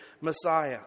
Messiah